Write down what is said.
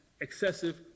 excessive